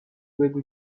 بگو